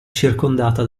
circondata